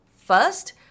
first